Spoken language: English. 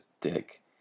dick